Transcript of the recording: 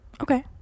okay